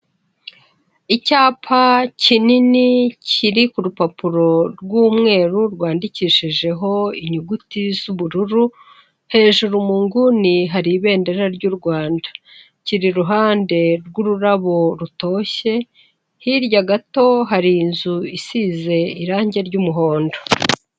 Icyapa kinini kiri ku rupapuro rw'umweru rwandikishijeho inyuguti z'ubururu, hejuru mu nguni hari ibendera ry'u Rwanda, kiri iruhande rw'ururabo rutoshye, hirya gato hari inzu isize irangi ry'umuhondo.